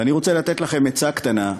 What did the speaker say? ואני רוצה לתת לכם עצה קטנה,